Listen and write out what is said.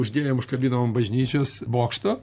uždėjom užkabinom ant bažnyčios bokšto